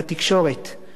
תקשורת חופשית